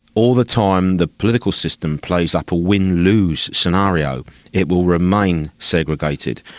all the time the political system plays up a win lose scenario it will remain segregated.